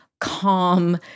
calm